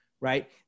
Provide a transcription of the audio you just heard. right